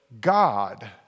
God